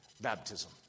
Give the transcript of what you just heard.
Baptism